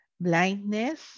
blindness